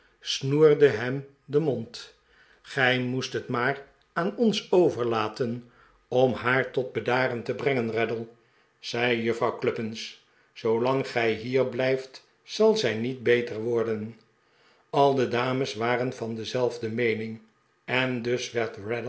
snoerde hem den mond gij moest het maar aan ons overlaten om haar tot bedaren te brengen raddle zei juffrouw cluppins zoolang gij hier blijft zal zij niet beter worden al de dames waren van dezelfde meening en dus